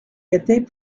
était